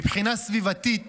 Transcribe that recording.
מבחינה סביבתית,